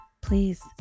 please